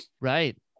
Right